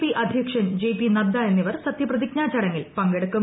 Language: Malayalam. പി അധ്യക്ഷൻ ജെ പി നദ്ദ എന്നിവർ സത്യപ്രതിജ്ഞാ ചടങ്ങിൽ പങ്കെടുക്കും